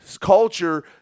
culture